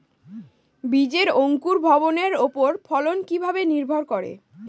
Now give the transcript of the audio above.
বীজের অঙ্কুর ভবনের ওপর ফলন কিভাবে নির্ভর করে?